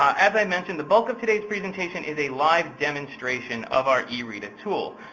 as i mentioned, the bulk of today's presentation is a live demonstration of our ereta tool.